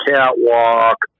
Catwalk